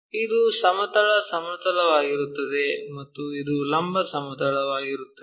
ಇದು ಸಮತಲ ಸಮತಲವಾಗಿರುತ್ತದೆ ಮತ್ತು ಇದು ಲಂಬ ಸಮತಲವಾಗಿರುತ್ತದೆ